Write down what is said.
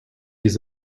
his